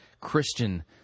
Christian